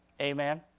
Amen